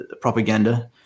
propaganda